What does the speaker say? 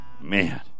Man